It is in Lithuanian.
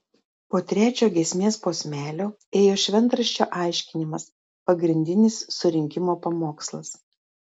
po trečio giesmės posmelio ėjo šventraščio aiškinimas pagrindinis surinkimo pamokslas